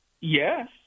Yes